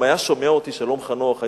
אם שלום חנוך היה שומע אותי,